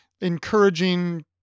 encouraging